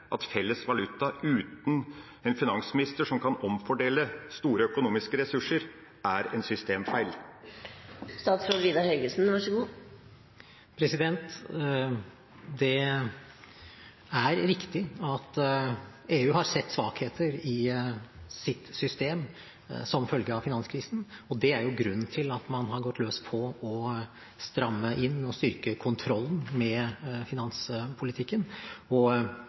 omfordele store økonomiske ressurser, er en systemfeil? Det er riktig at EU har sett svakheter i sitt system som følge av finanskrisen, og det er jo grunnen til at man har gått løs på å stramme inn og styrke kontrollen med finanspolitikken.